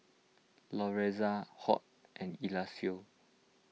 Lorenza Hoyt and Eliseo